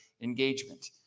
engagement